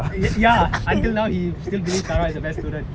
ya ya until now he still believes tara is the best student